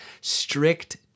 strict